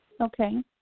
Okay